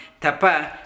Tapa